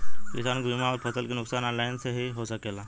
किसान के बीमा अउर फसल के नुकसान ऑनलाइन से हो सकेला?